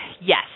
Yes